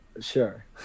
sure